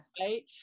Right